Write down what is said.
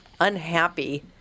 unhappy